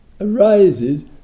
arises